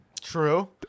True